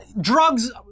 Drugs